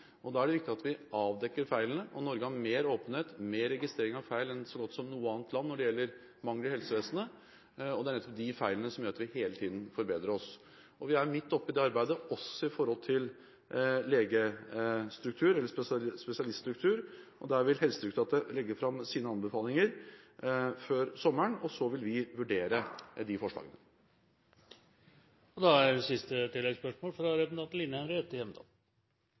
Da er det viktig at vi avdekker feilene. Norge har mer åpenhet – mer registrering av feil – enn så godt som noe annet land når det gjelder mangler i helsevesenet, og det er nettopp de feilene som gjør at vi hele tiden forbedrer oss. Vi er midt oppe i arbeidet med spesialiststruktur. Her vil Helsedirektoratet legge fram sine anbefalinger før sommeren, og så vil vi vurdere de forslagene. Line Henriette Hjemdal – til oppfølgingsspørsmål. Vi har hørt at flere ting har skjedd – statsministeren har ramset opp det nå den siste